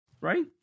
right